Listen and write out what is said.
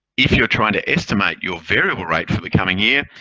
if you're trying to estimate your variable rate for the coming year,